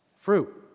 fruit